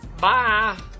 Bye